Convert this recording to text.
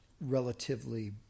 relatively